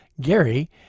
Gary